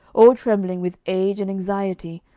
all trembling with age and anxiety,